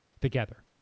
together